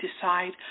decide